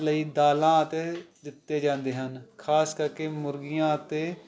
ਲਈ ਦਾਲਾਂ ਅਤੇ ਦਿੱਤੇ ਜਾਂਦੇ ਹਨ ਖਾਸ ਕਰਕੇ ਮੁਰਗੀਆਂ ਅਤੇ